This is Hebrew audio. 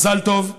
מזל טוב.